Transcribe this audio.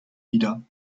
wieder